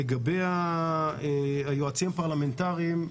לגבי היועצים הפרלמנטריים,